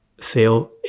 sale